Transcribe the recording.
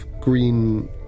green